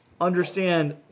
understand